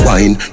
Wine